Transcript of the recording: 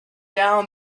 down